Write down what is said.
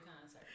concert